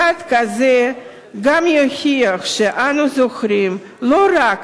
צעד כזה גם יוכיח שאנו זוכרים לא רק